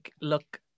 look